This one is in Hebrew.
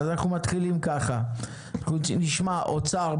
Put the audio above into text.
אז נשמע את האוצר,